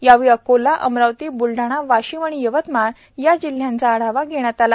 यावेळी अकोला अमरावती ब्लडाणा वाशीम आणि यवतमाळ या जिल्ह्यांचा आढावा घेणार घेण्यात आला